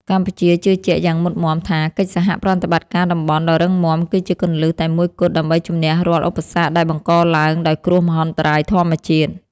កម្ពុជាជឿជាក់យ៉ាងមុតមាំថា កិច្ចសហប្រតិបត្តិការតំបន់ដ៏រឹងមាំគឺជាគន្លឹះតែមួយគត់ ដើម្បីជម្នះរាល់ឧបសគ្គដែលបង្កឡើងដោយគ្រោះមហន្តរាយធម្មជាតិ។